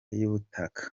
y’ubutaka